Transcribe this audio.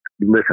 listen